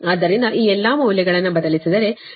ಆದ್ದರಿಂದ ಈ ಎಲ್ಲಾ ಮೌಲ್ಯಗಳನ್ನು ಬದಲಿಸಿದರೆ C j 0